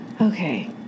Okay